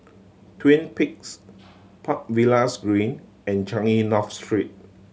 Twin Peaks Park Villas Green and Changi North Street